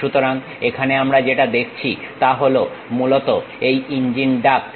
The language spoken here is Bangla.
সুতরাং এখানে আমরা যেটা দেখছি তা হল মূলত এই ইঞ্জিন ডাক্ট